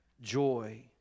joy